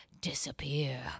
disappear